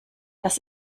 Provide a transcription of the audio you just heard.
das